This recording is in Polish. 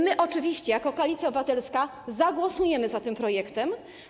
My oczywiście jako Koalicja Obywatelska zagłosujemy za tym projektem.